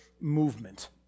movement